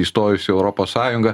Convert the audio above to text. įstojus į europos sąjungą